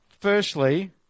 firstly